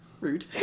Rude